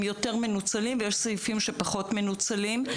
יותר מנוצלים ויש סעיפים שפחות מנוצלים.